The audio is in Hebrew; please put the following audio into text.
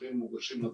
המסמכים מוגשים לציבור,